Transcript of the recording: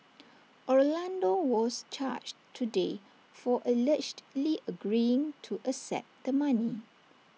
Orlando was charged today for allegedly agreeing to accept the money